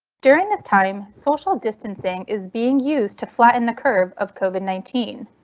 during this time, social distancing is being used to flatten the curve of covid nineteen.